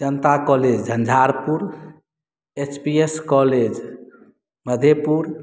Janata college Jhanjharpur H P S college Madhepur